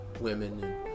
women